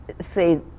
say